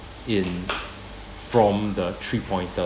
in from the three pointer